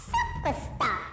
Superstar